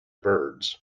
birds